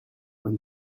when